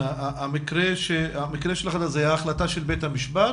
המקרה שלך היה החלטה של בית המשפט,